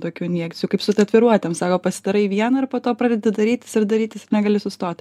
tokių injekcijų kaip su tatviruotėm sako pasidarai vieną ir po to pradedi darytis ir darytis negali sustot